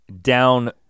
down